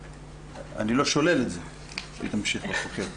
אני לא שולל את זה שהיא תמשיך לחוקק.